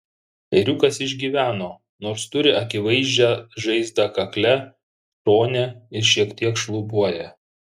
ėriukas išgyveno nors turi akivaizdžią žaizdą kakle šone ir šiek tiek šlubuoja